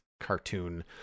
cartoon